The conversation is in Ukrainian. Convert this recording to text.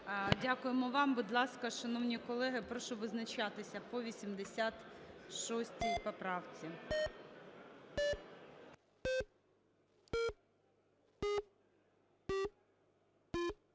Дякую вам. Будь ласка, шановні колеги, прошу визначатися по 86 поправці